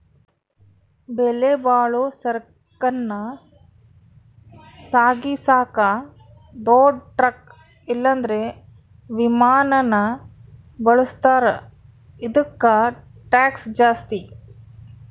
ಬೆಲೆಬಾಳೋ ಸರಕನ್ನ ಸಾಗಿಸಾಕ ದೊಡ್ ಟ್ರಕ್ ಇಲ್ಲಂದ್ರ ವಿಮಾನಾನ ಬಳುಸ್ತಾರ, ಇದುಕ್ಕ ಟ್ಯಾಕ್ಷ್ ಜಾಸ್ತಿ